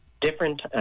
different